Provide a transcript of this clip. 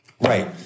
Right